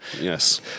Yes